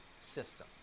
system